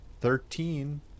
Thirteen